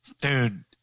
Dude